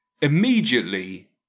immediately